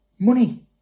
Money